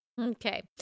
Okay